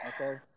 Okay